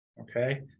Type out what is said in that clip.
Okay